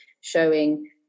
showing